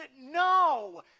no